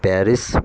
Paris